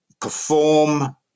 perform